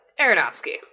Aronofsky